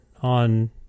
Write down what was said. on